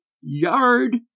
yard